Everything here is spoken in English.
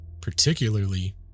particularly